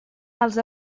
els